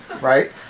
Right